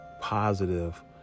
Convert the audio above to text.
positive